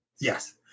Yes